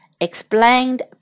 explained